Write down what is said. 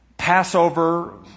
Passover